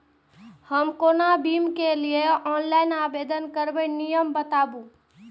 हम कोनो बीमा के लिए ऑनलाइन आवेदन करीके नियम बाताबू?